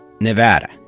Nevada